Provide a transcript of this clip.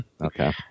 Okay